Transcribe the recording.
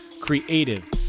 creative